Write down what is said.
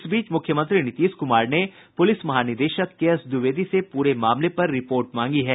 इस बीच मुख्यमंत्री नीतीश कुमार ने पुलिस महानिदेशक केएसद्विवेदी से पूरे मामले पर रिपोर्ट मांगी है